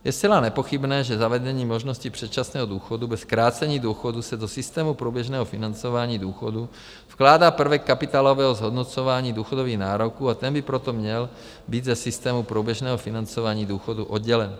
Je zcela nepochybné, že zavedení možnosti předčasného důchodu bez zkrácení důchodu se do systému průběžného financování důchodů vkládá prvek kapitálového zhodnocování důchodových nároků, a ten by proto měl být ze systému průběžného financování důchodu oddělen.